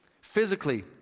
Physically